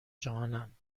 جهانند